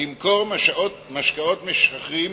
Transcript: למכור משקאות משכרים